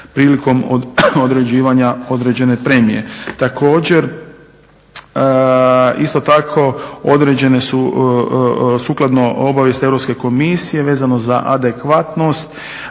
prilikom određivanja određene premije. Također isto tako određene su sukladno obavijesti Europske komisije vezano za adekvatnost.